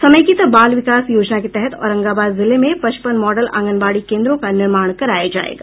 समेकित बाल विकास योजना के तहत औरंगाबाद जिले में पचपन मॉडल आंगनबाड़ी केन्द्रों का निर्माण कराया जायेगा